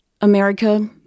America